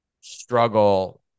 struggle